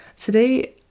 Today